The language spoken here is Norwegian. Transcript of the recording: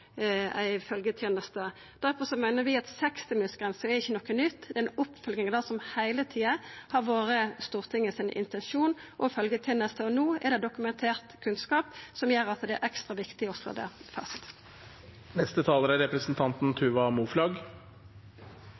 meiner vi at 60-minuttsgrensa ikkje er noko nytt. Det er ei oppfølging av det som heile tida har vore Stortingets intensjon for følgjetenesta, og no er det dokumentert kunnskap som gjer at det er ekstra viktig å slå det